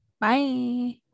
Bye